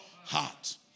heart